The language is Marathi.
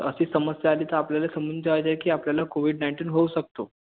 तर अशी समस्या आली तर आपल्याला समजून जायचं आहे की आपल्याला कोवीड नाइंटीन होऊ शकतो